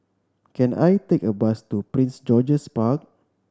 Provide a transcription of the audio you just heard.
can I take a bus to Prince George's Park